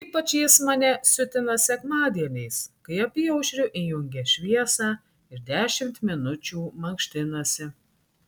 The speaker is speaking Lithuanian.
ypač jis mane siutina sekmadieniais kai apyaušriu įjungia šviesą ir dešimt minučių mankštinasi